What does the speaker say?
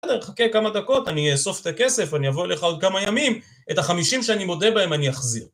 (?), חכה כמה דקות, אני אאסוף את הכסף, אני אבוא אליך עוד כמה ימים, את החמישים שאני מודה בהם אני אחזיר.